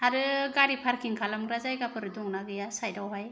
आरो गारि पार्किं खालामग्रा जायगाफोर दङना गैया सायदावहाय